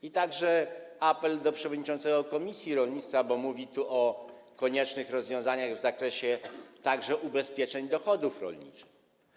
Mam także apel do przewodniczącego komisji rolnictwa, bo mówi tu o koniecznych rozwiązaniach w zakresie ubezpieczeń dochodów rolniczych.